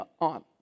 on